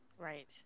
right